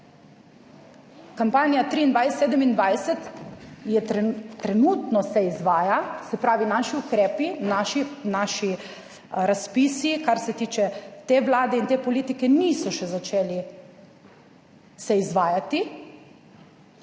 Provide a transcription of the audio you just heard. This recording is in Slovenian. kampanja 2023-2027 se trenutno izvaja, se pravi, naši ukrepi, naši razpisi, kar se tiče te Vlade in te politike, niso še začeli se izvajati.